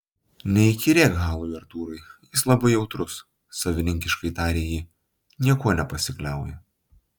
neįkyrėk halui artūrai jis labai jautrus savininkiškai tarė ji niekuo nepasikliauja